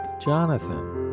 Jonathan